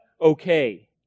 okay